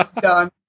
Done